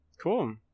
Cool